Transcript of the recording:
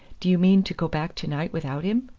do you mean to go back to-night without him?